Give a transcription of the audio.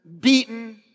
Beaten